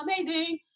amazing